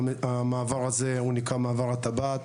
המעבר הזה הוא נקרא מעבר הטבעת,